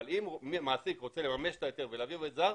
אבל אם המעסיק רוצה לממש את ההיתר, ולהביא עובד זר